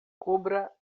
cubra